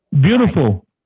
beautiful